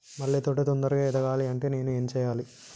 మల్లె తోట తొందరగా ఎదగాలి అంటే నేను ఏం చేయాలి?